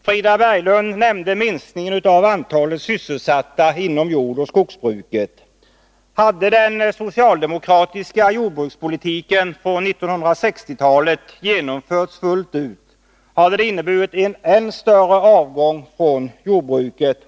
Frida Berglund nämnde minskningen av antalet sysselsatta inom jordoch skogsbruket. Hade den socialdemokratiska jordbrukspolitiken på 1960-talet genomförts fullt ut, hade det inneburit en än större avgång från jordbruket.